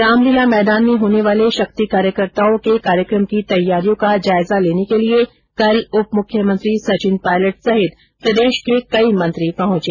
रामलीला मैदान में होने वाले शक्ति कार्यकर्ताओं के कार्यक्रम की तैयारियों का जायजा लेने के लिये कल उप मुख्यमंत्री सचिन पायलट सहित प्रदेश के कई मंत्री पहुंचे